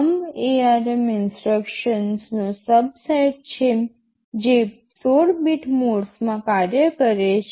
thumb ARM ઇન્સટ્રક્શન્સનો સબસેટ છે જે 16 બીટ મોડમાં કાર્ય કરે છે